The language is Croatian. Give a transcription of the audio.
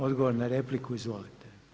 Odgovor na repliku, izvolite.